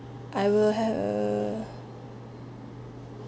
I will have err